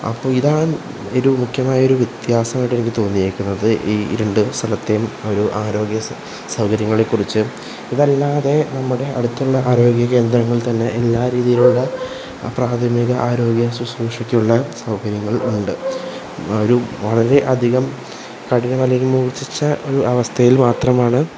അപ്പോള് ഇതാണൊരു മുഖ്യമായ വ്യത്യാസമായിട്ട് എനിക്ക് തോന്നിയേക്കുന്നത് ഈ ഒരു രണ്ടു സ്ഥലത്തെയും ഒരു ആരോഗ്യ സൗകര്യങ്ങളെ കുറിച് ഇതല്ലാതെ നമ്മുടെ അടുത്തുള്ള ആരോഗ്യകേന്ദ്രങ്ങൾ തന്നെ എല്ലാ രീതിയിലുള്ള പ്രാഥമിക ആരോഗ്യ ശശ്രൂഷയ്ക്കുള്ള സൗകര്യങ്ങൾ ഉണ്ട് ഒരു വളരെ അധികം കഠിനം അല്ലെങ്കിൽ മൂർച്ഛിച്ച ഒരു അവസ്ഥയിൽ മാത്രമാണ്